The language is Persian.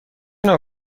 نوع